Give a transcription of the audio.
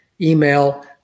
email